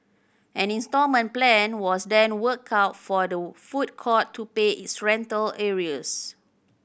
an instalment plan was then worked out for the food court to pay its rental arrears